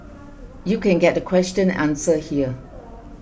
you can get the question answer here